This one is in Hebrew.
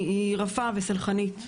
היא רפה וסלחנית.